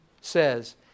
says